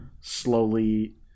slowly